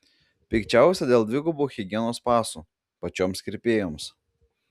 pikčiausia dėl dvigubų higienos pasų pačioms kirpėjoms